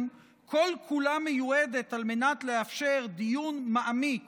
כל-כולה מיועדת על מנת לאפשר דיון מעמיק